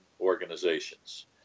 organizations